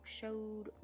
showed